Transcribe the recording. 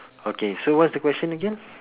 okay so what's the question again